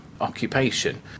occupation